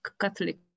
Catholic